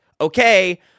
okay